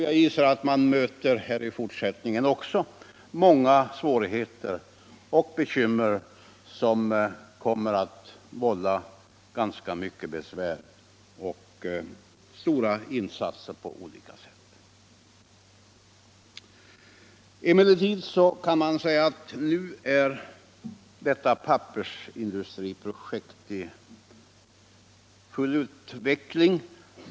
Jag gissar att vi också i framtiden kommer att möta många svårigheter Internationellt utvecklingssamar un och bekymmer som kommer att vålla ganska mycket besvär och stora insatser på olika sätt. Emellertid kan man säga att detta pappersindustriprojekt nu är i full utveckling.